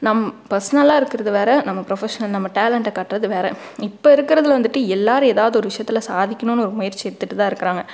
நம் பர்ஸ்னலாக இருக்குறது வேறு நம்ம ப்ரொபஷனல் நம்ம டேலண்ட்டை காட்டுறது வேறு இப்போ இருக்குறதுல வந்துவிட்டு எல்லாரும் எதாவது ஒரு விஷ்யத்தில் சாதிக்கணுன்னு ஒரு முயற்சி எடுத்துகிட்டு தான் இருக்குறாங்க